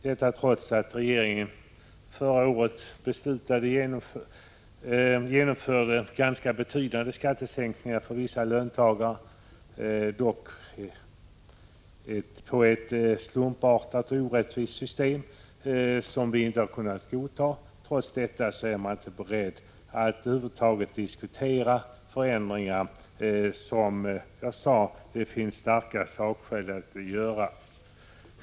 Detta trots att regeringen förra året genomförde ganska betydande skattesänkningar för vissa löntagare — dock genom ett slumpartat och orättvist system som vi inte har kunnat godta. Trots detta är man inte beredd att över huvud taget diskutera förändringar, som det som sagt finns starka sakskäl för att göra.